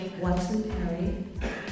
Watson-Perry